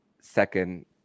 second